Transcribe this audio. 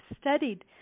studied